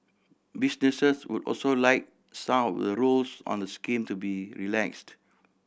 businesses would also like some of the rules on the scheme to be relaxed